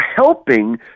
helping